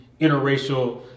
interracial